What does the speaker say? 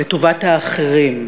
לטובת האחרים.